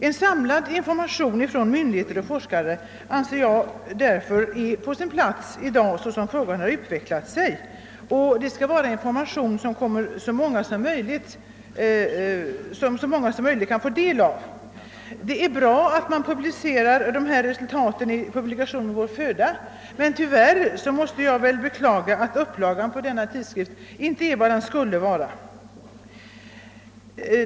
En samlad information från myndigheter och forskare anser jag därför vara på sin plats i dag såsom frågan utvecklat sig, och det skall vara en information som så många som möjligt får del av. Det är bra att dessa resultat publiceras i publikationen Vår föda, men tyvärr måste jag beklaga att upplagan inte är vad den skulle vara.